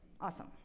Awesome